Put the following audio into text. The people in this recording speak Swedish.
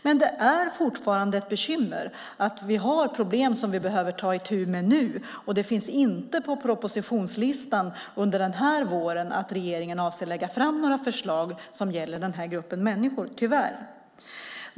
Men det är fortfarande ett bekymmer att vi har problem som vi behöver ta itu med nu, och det finns inte på propositionslistan för denna vår att regeringen avser att lägga fram några förslag som gäller den här gruppen människor - tyvärr.